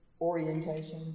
orientation